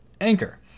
Anchor